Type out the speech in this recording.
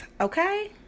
okay